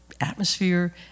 atmosphere